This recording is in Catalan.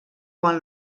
quan